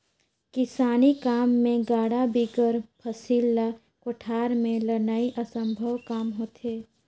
किसानी काम मे गाड़ा बिगर फसिल ल कोठार मे लनई असम्भो काम होथे